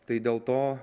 tai dėl to